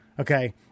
Okay